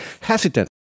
hesitant